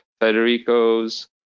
Federico's